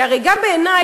כי הרי גם בעיני,